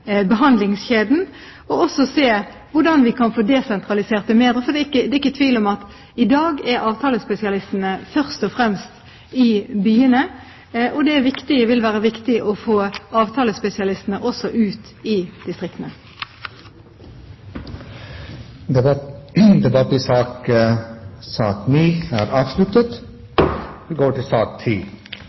og også se på hvordan vi kan få desentralisert det mer, for det er ikke tvil om at i dag er avtalespesialistene først og fremst i byene. Det vil derfor være viktig å få avtalespesialistene ut i distriktene. Dermed er sak nr. 9 ferdigbehandlet. Verdiskapingen i de maritime næringene er